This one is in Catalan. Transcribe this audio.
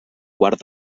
quart